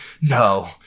no